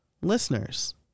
listeners